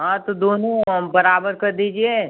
हाँ तो दोनों बराबर कर दीजिए